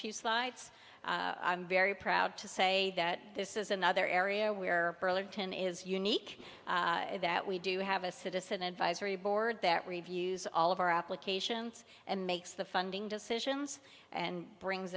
few slides i'm very proud to say that this is another area where earlier ten is unique that we do have a citizen advisory board that reviews all of our applications and makes the funding decisions and brings